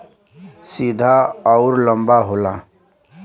सीधा अउर लंबा होला